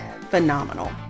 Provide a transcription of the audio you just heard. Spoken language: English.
phenomenal